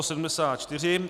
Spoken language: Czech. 74.